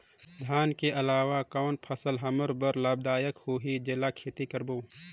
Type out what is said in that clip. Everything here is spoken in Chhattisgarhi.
धान के अलावा कौन फसल हमर बर लाभदायक होही जेला खेती करबो?